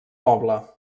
poble